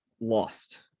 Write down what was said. lost